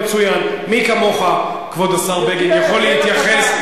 מי כמוך, כבוד השר בגין, יכול להתייחס.